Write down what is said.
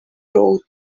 wrote